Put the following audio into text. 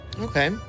Okay